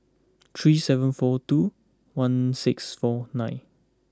three seven four two one six four nine